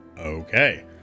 okay